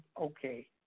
okay